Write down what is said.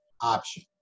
option